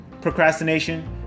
Procrastination